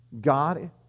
God